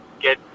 get